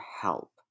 help